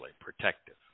protective